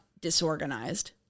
disorganized